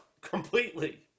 completely